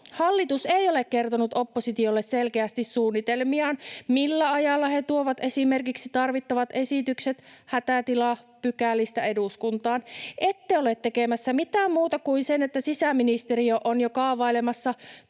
Hallitus ei ole kertonut oppositiolle selkeästi suunnitelmiaan, millä ajalla he tuovat esimerkiksi tarvittavat esitykset hätätilapykälistä eduskuntaan. Ette ole tekemässä mitään muuta kuin sen, että sisäministeriö on jo kaavailemassa